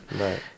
Right